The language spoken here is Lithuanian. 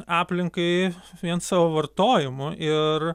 aplinkai vien savo vartojimu iir